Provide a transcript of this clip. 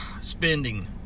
spending